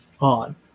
on